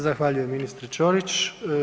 Zahvaljujem ministre Ćorić.